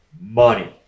money